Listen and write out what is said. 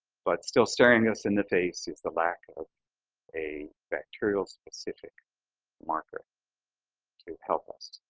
but still staring us in the face is the lack of a bacterial-specific marker to help us